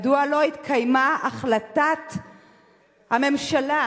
מדוע לא התקיימה החלטת הממשלה,